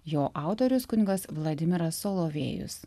jo autorius kunigas vladimiras solovėjus